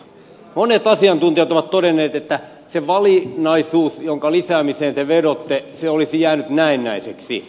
monet asiantuntijat ovat todenneet että se valinnaisuus jonka lisäämiseen te vetoatte olisi jäänyt näennäiseksi